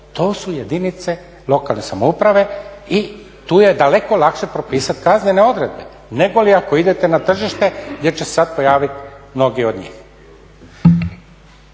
To su jedinice lokalne samouprave i tu je daleko lakše propisat kaznene odredbe nego li ako idete na tržište gdje će se sad pojavit mnogi od njih.